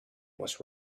was